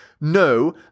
No